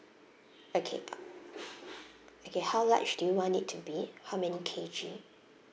okay okay how large do you want it to be how many K_G